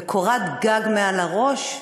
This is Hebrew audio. בקורת גג מעל הראש,